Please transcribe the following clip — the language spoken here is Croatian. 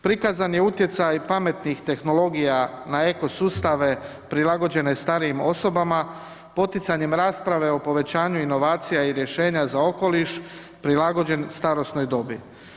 Prikazan je utjecaj pametnih tehnologija na ekosustave prilagođene starijim osobama, poticanjem rasprave o povećanju inovacije i rješenja za okoliš prilagođen starosnoj dobi.